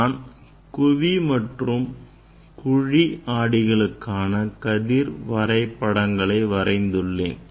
நான் குவி மற்றும் குழி ஆடிகளுக்கான கதிர் வரைபடங்களை வரைந்துள்ளேன்